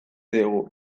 digu